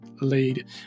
Lead